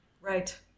Right